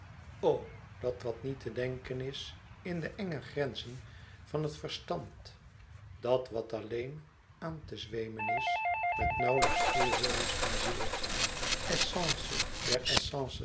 dat wat niet te denken is in de enge grenzen van het verstand dat wat alleen aan te zweemen is met nauwlijks voelhorens van ziel essence